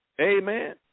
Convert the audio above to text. Amen